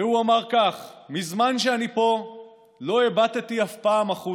והוא אמר כך: "מזמן שאני פה לא הבטתי אף פעם החוצה,